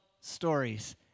stories